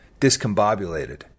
discombobulated